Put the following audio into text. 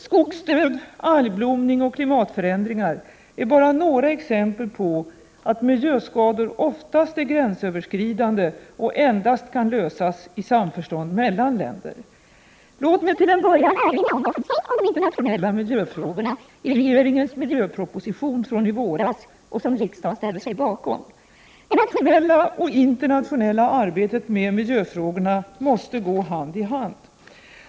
Skogsdöd, algblomning och klimatförändringar är bara några exempel på att miljöskador oftast är gränsöverskridande och endast kan lösas i samförstånd mellan länder. Låt mig till en början erinra om vad som sägs om de internationella miljöfrågorna i regeringens miljöproposition från i våras och som riksdagen ställde sig bakom. Det nationella och internationella arbetet med miljöfrågorna måste gå hand i hand.